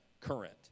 current